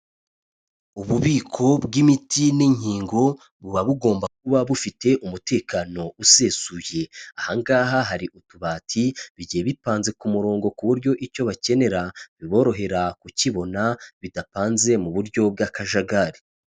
Ububiko bw'imiti n'inkingo buba bugomba kuba bufite umutekano usesuye. Aha ngaha hari utubati, bigiye bipanze ku murongo ku buryo icyo bakenera biborohera kukibona, bidapanze mu buryo bw'akajagari.